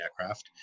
aircraft